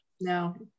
no